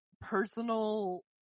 personal